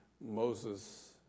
Moses